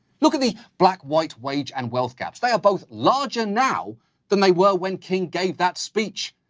look at the black-white wage and wealth gaps. they are both larger now than they were when king gave that speech.